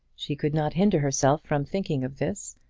she could not hinder herself from thinking of this,